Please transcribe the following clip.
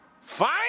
Fine